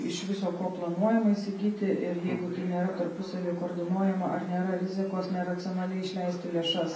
iš viso ko planuojama įsigyti ir jeigu tai nėra tarpusavy koordinuojama ar nėra rizikos neracionaliai išleisti lėšas